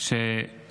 כדי